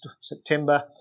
September